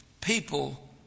people